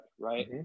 right